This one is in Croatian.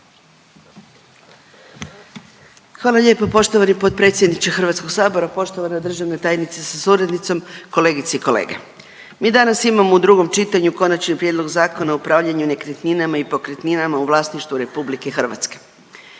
Hvala lijepo poštovani potpredsjedniče HS-a, poštovana državna tajnice sa suradnicom, kolegice i kolege. Mi danas imamo u drugom čitanju Konačni prijedlog Zakona o upravljanju nekretninama i pokretninama u vlasništvu RH. Radni naslov